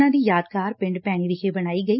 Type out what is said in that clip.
ਉਨ੍ਹਾਂ ਦੀ ਯਾਦਗਾਰ ਪਿੰਡ ਭੈਣੀ ਵਿਖੇ ਬਣਾਈ ਗਈ